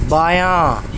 بایاں